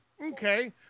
Okay